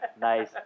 Nice